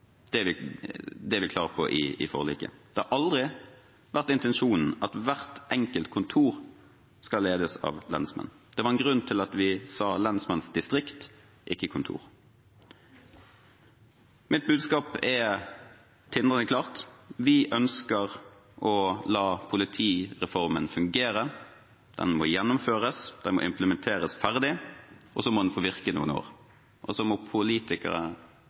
Det er vi klare på i forliket. Det har aldri vært intensjonen at hvert enkelt kontor skal ledes av lensmenn. Det var en grunn til at vi sa lensmannsdistrikt, ikke -kontor. Mitt budskap er tindrende klart: Vi ønsker å la politireformen fungere. Den må gjennomføres, den må implementeres ferdig, og så må den få virke noen år. Så må politikere